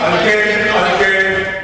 על כן,